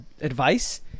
advice